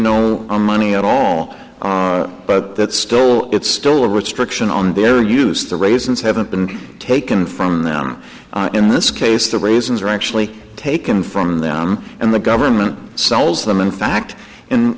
no money at all on it but that still it's still a restriction on their use the raisins haven't been taken from them in this case the raisins are actually taken from them and the government sells them in fact